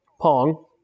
Pong